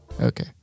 Okay